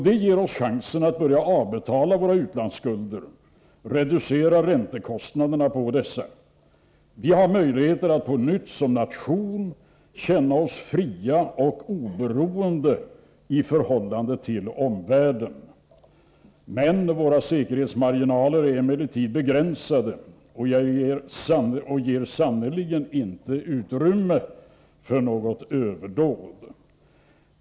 Det ger oss chansen att börja avbetala våra utlandsskulder och reducera räntekostnaderna på dessa. Vi har möjligheter att på nytt som nation känna oss fria och oberoende i förhållande till omvärlden. Våra säkerhetsmarginaler är emellertid begränsade och ger sannerligen inget utrymme för något överdåd.